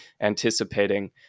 anticipating